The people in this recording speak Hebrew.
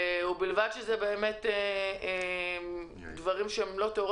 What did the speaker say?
ובלבד שמדובר בדברים אותם אנו יכולים ליישם ולא דברים תיאורטיים.